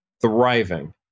thriving